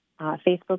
Facebook